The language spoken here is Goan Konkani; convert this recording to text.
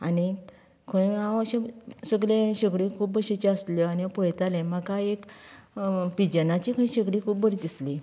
आनी खंय हांव अशें सगळें शेगड्यो अशें खूब बशेच्यो आसल्यो आनी हांव पळयतालें म्हाका एक पिजनाची शेगडी खूब बरी दिसली